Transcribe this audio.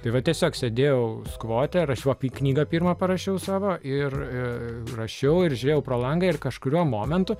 tai va tiesiog sėdėjau skvote rašiau apie knygą pirmą parašiau savo ir rašiau ir žiūrėjau pro langą ir kažkuriuo momentu